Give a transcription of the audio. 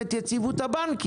אין עסקאות כאלה היום.